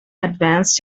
advanced